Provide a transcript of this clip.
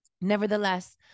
Nevertheless